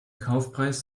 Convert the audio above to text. kaufpreis